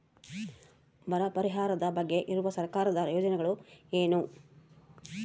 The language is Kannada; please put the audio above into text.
ಬರ ಪರಿಹಾರದ ಬಗ್ಗೆ ಇರುವ ಸರ್ಕಾರದ ಯೋಜನೆಗಳು ಏನು?